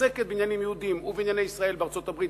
שעוסקת בעניינים יהודיים ובענייני ישראל בארצות-הברית,